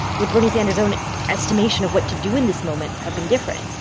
would bernie sanders' own estimation of what to do in this moment have been different?